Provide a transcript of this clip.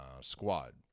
squad